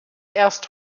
erst